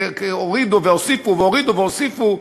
והורידו והוסיפו והורידו והוסיפו.